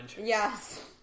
Yes